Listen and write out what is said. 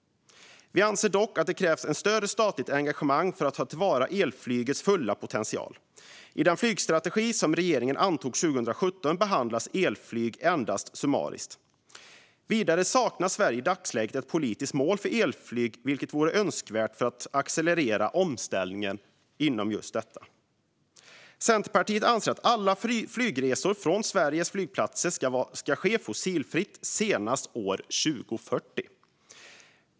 Vi anser dock att det krävs ett större statligt engagemang för att elflygets fulla potential ska tas till vara. I den flygstrategi som regeringen antog 2017 behandlas elflyg endast summariskt. Vidare saknar Sverige i dagsläget ett politiskt mål för elflyg, vilket vore önskvärt för att accelerera just den omställningen. Centerpartiet anser att alla flygresor från Sveriges flygplatser ska vara fossilfria senast år 2040.